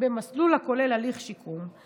במסלול הכולל הליך שיקום,